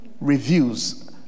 reviews